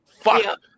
Fuck